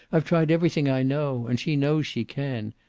i've tried everything i know. and she knows she can.